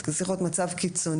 זה צריך להיות מצב קיצוני.